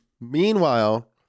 Meanwhile